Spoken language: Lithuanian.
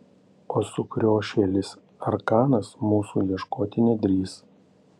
o sukriošėlis arkanas mūsų ieškoti nedrįs